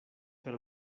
per